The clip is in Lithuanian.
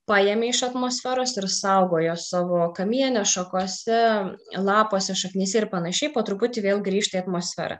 paėmė iš atmosferos ir saugojo savo kamiene šakose lapuose šaknyse ir panašiai po truputį vėl grįžta į atmosfera